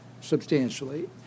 substantially